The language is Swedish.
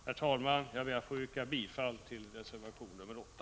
Herr talman! Jag ber att få yrka bifall till reservation 8.